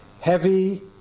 heavy